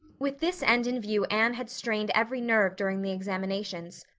with this end in view anne had strained every nerve during the examinations.